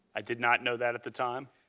i did not know that at the time.